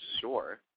sure